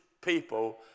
people